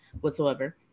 whatsoever